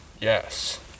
Yes